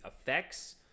effects